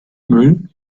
müll